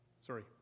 Sorry